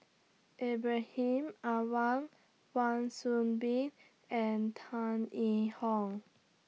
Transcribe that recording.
Ibrahim Awang Wan Soon Bee and Tan Yee Hong